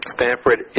Stanford